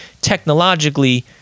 technologically